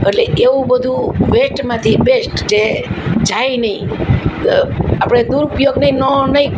અટલે એવું બધું વેસ્ટમાંથી બેસ્ટ જે જાય નહીં આપણે દૂરુપયોગ નહીં નો નહીં